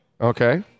Okay